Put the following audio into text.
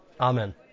Amen